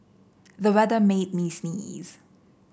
the weather made me sneeze